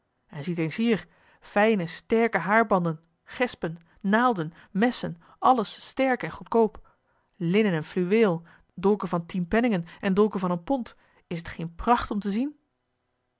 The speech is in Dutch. en ziet eens hier fijne sterke haarbanden gespen naalden messen alles sterk en goedkoop linnen en fluweel dolken van tien penningen en dolken van een pond is het geen pracht om te zien